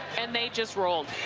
and they just ruled.